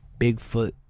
bigfoot